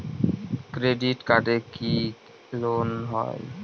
Credit কার্ডে কি loan হয়?